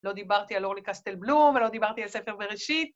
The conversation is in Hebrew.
‫לא דיברתי על אורלי קסטל-בלום ‫ולא דיברתי על ספר בראשית.